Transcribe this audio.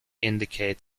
indicate